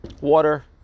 water